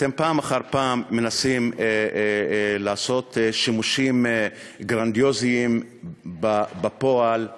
אתם פעם אחר פעם מנסים לעשות שימושים גרנדיוזיים בפועל "הסדרה".